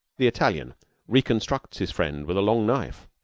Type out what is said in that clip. the italian reconstructs his friend with a long knife.